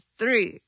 three